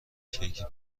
کیک